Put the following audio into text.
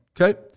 Okay